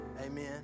Amen